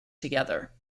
together